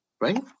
right